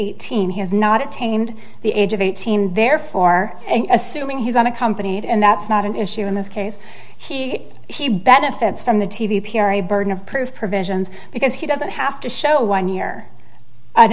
eighteen he's not attained the age of eighteen therefore assuming he's unaccompanied and that's not an issue in this case he he benefits from the t v p r a burden of proof provisions because he doesn't have to show one year